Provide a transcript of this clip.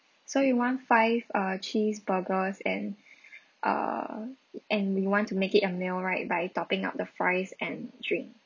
so you want five uh cheese burgers and uh and you want to make it a meal right by topping up the fries and drink